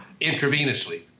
intravenously